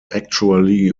actually